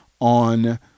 on